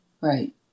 Right